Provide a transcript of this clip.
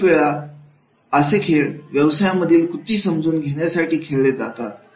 खूप वेळा असे खेळ व्यवसायांमधील कृती समजून घेण्यासाठी खेळले जातात